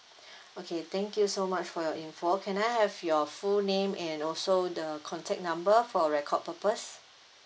okay thank you so much for your information can I have your full name and also the contact number for record purpose